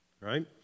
right